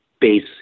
base